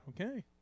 Okay